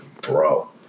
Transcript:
bro